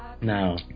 Now